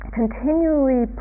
continually